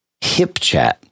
HipChat